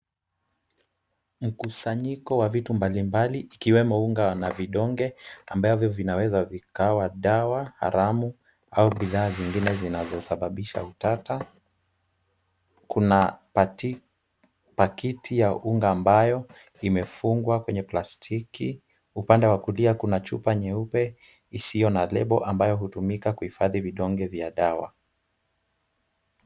Mkusanyiko wa vitu mbalimbali ikiwemo unga na vidonge ambavyo vinaweza vikawa dawa haramu, au bidhaa zingine zinazosababisha utata. Kuna pati pakiti ya unga ambayo imefungwa kwenye plastiki. Upande wa kulia kuna chupa nyeupe isiyo na lebo ambayo hutumika kuhifadhi vidonge vya dawa.